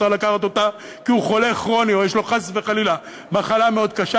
שצריך לקחת אותה כי הוא חולה כרוני או יש לו חס וחלילה מחלה מאוד קשה,